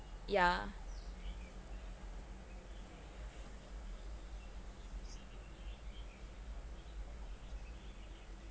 yeah